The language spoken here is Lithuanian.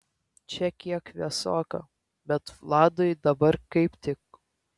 čia kiek vėsoka bet vladui dabar kaip tik